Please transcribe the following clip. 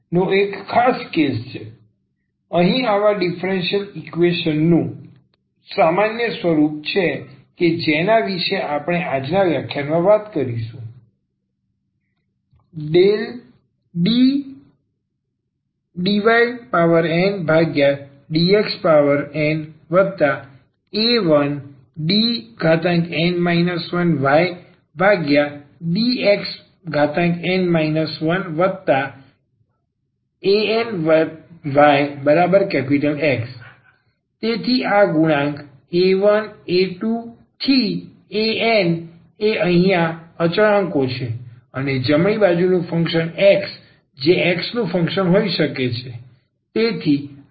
તેથી અહીં આવા ડીફરન્સીયલ ઈકવેશન નું સામાન્ય સ્વરૂપ છે કે જેના વિશે આપણે આજના વ્યાખ્યાનમાં વાત કરીશું dnydxna1dn 1ydxn 1anyX તેથી આ ગુણાંક a1a2an એ તે અહીંયા અચળાંકો છે અને જમણી બાજુનું ફંક્શન X જે X નું ફંક્શન હોઈ શકે છે